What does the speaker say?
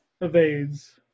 Evades